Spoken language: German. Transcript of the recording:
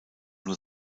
nur